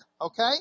Okay